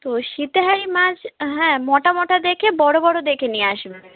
তো সিতেহারি মাছ হ্যাঁ মোটা মোটা দেখে বড় বড় দেখে নিয়ে আসবেন